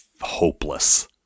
hopeless